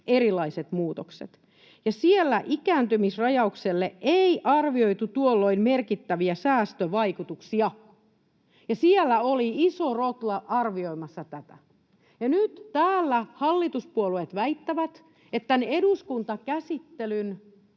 erilaiset muutokset maksaisivat, ja siellä ikääntymisrajaukselle ei arvioitu tuolloin merkittäviä säästövaikutuksia. Siellä oli iso rotla arvioimassa tätä, ja nyt täällä hallituspuolueet väittävät, että eduskuntakäsittelyn